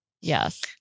Yes